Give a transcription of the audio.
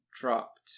dropped